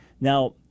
Now